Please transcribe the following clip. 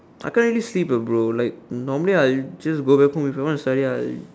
I can't really sleep eh bro like normally I'll just go back home if I want to study I'll